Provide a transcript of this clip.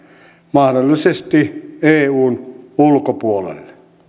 mahdollisesti eun ulkopuolelle